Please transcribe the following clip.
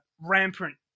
rampant